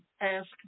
ask